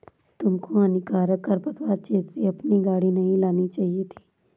तुमको हानिकारक खरपतवार क्षेत्र से अपनी गाड़ी नहीं लानी चाहिए थी